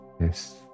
Yes